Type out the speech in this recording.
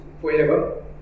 forever